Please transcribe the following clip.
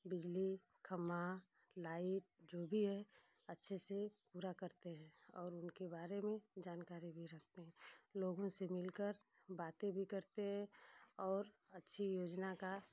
बिजली खम्भा लाइट जो भी है अच्छे से पूरा करते हैं और उनके बारे में जानकारी भी रखते हैं लोगों से मिलकर बातें भी करते हैं और अच्छी योजना का